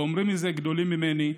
ואומרים את זה גדולים ממני.